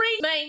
main